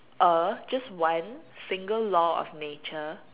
a just one single law of nature